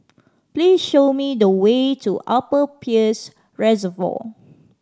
please show me the way to Upper Peirce Reservoir